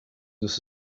this